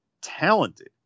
talented